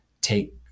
take